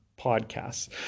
podcasts